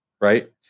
right